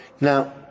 Now